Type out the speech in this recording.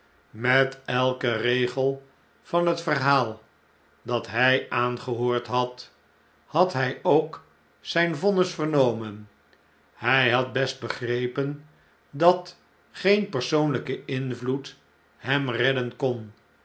met elken regel van het verhaal dat hij aangehoord had had hij ook zjjn vonnis vernomen hjj had best begrepen dat geen persoonlpe invloed hem redden kon